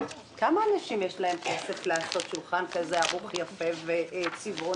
לכמה אנשים יש כסף לעשות שולחן כזה ערוך יפה וצבעוני?